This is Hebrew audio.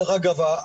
דרך אגב,